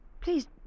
please